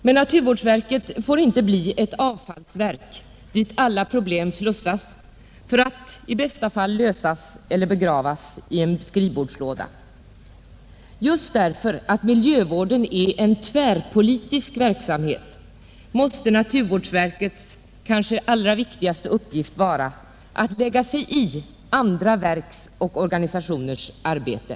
Men naturvårdsverket får inte bli ett avfallsverk dit alla problem slussas för att där i bästa fall lösas eller begravas i en skrivbordslåda. Just därför att miljövården är en tvärpolitisk verksamhet måste naturvårdsverkets kanske allra viktigaste uppgift vara att lägga sig i andra verks och organisationers arbete.